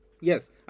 Yes